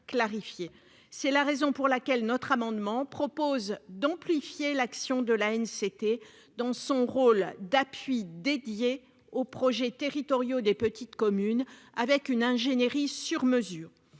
c'est la raison pour laquelle notre amendement propose d'amplifier l'action de la haine, c'était dans son rôle d'appui dédié aux projets territoriaux des petites communes avec une ingénierie sur mesure